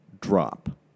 drop